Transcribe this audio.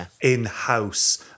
in-house